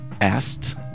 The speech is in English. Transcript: asked